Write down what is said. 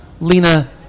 Lena